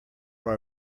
our